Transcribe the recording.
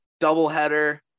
doubleheader